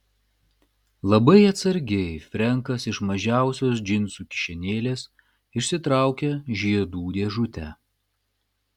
labai atsargiai frenkas iš mažiausios džinsų kišenėlės išsitraukė žiedų dėžutę